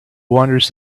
wanders